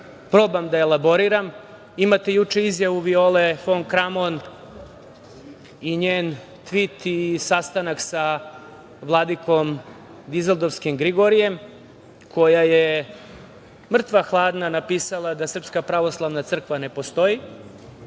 probam da elaboriram. Imate juče izjavu Viole Fon Kramon, njen tvit, i sastanak sa vladikom dizeldorfskim Grigorijem koja je mrtva hladna napisala da Srpska pravoslavna crkva ne postoji,